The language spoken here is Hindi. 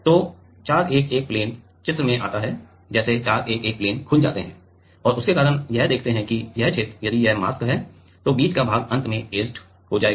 तो ४११ प्लेन चित्र में आता है जैसे ४११ प्लेन खुल जाते हैं और उसके कारण यह देखते हैं कि यह क्षेत्र यदि यह मास्क है तो बीच का भाग अंत में ऐचेड हो जाएगा